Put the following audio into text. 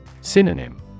Synonym